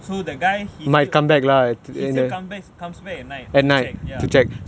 so the guy he's still he's still comes back at night to check